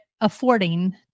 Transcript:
affording